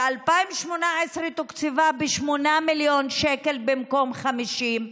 ב-2018 תוקצבה ב-8 מיליון שקל במקום 50,